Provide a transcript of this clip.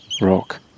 rock